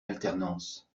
alternance